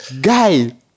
Guy